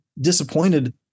Disappointed